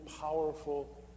powerful